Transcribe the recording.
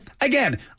again